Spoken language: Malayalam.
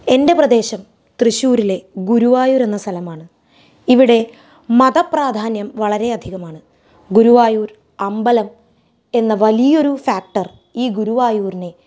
എൻ്റെ പ്രദേശം തൃശ്ശൂരിലെ ഗുരുവായൂർ എന്ന സ്ഥലമാണ് ഇവിടെ മത പ്രാധാന്യം വളരെ അധികമാണ് ഗുരുവായൂർ അമ്പലം എന്ന വലിയ ഒരു ഫാക്ടർ ഈ ഗുരുവായൂരിനെ